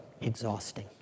exhausting